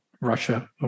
Russia